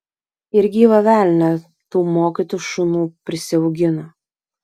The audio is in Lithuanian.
ir gyvą velnią tų mokytų šunų prisiaugino